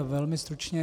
Velmi stručně.